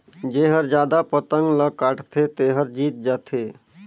जेहर जादा पतंग ल काटथे तेहर जीत जाथे